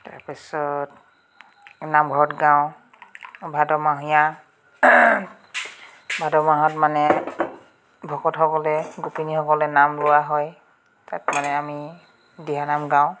তাৰপিছত নামঘৰত গাওঁ ভাদমহীয়া ভাদমাহত মানে ভকতসকলে গোপিনীসকলে নাম লোৱা হয় তাত মানে আমি দিহানাম গাওঁ